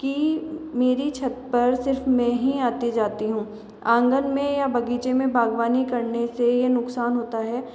कि मेरी छत पर सिर्फ मैं ही आती जाती हूँ आँगन में या बगीचे में बागवानी करने से यह नुकसान होता है